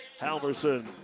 Halverson